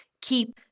keep